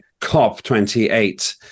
COP28